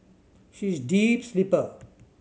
she is a deep sleeper